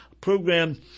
program